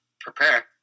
prepare